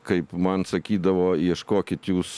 kaip man sakydavo ieškokit jūs